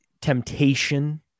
temptation